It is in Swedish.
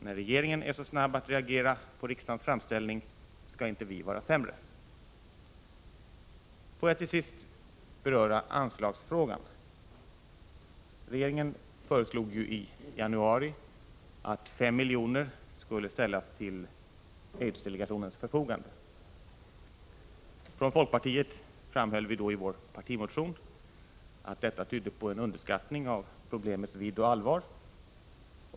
När regeringen är så snabb att reagera på riksdagens framställning skall inte vi vara sämre. Får jag till sist beröra anslagsfrågan. Regeringen föreslog ju i januari att 5 miljoner skulle ställas till aidsdelegationens förfogande. Från folkpartiet framhöll vi då i vår partimotion att detta tydde på en underskattning av problemets vidd och allvar.